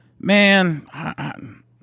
man